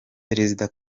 perezida